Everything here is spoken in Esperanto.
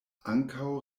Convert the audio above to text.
ankaŭ